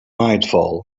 nightfall